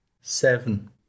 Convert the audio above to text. seven